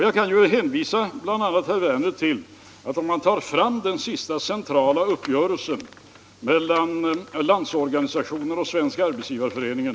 Jag kan ju hänvisa herr Werner till den senaste centrala uppgörelsen mellan Landsorganisationen och Svenska arbetsgivareföreningen.